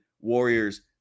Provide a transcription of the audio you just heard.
Warriors